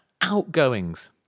Outgoings